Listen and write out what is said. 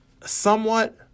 somewhat